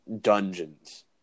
dungeons